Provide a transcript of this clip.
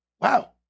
Wow